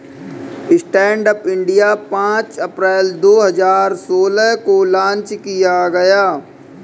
stand up India पांच अप्रैल दो हजार सोलह को लॉन्च किया गया